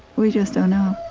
we just don't know